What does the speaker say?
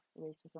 racism